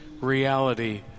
reality